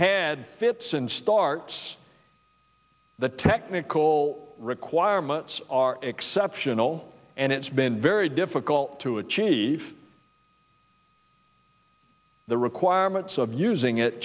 had fits and starts the technical requirements are exceptional and it's been very difficult to achieve the requirements of using it